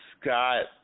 Scott